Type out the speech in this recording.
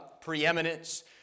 preeminence